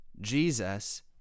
Jesus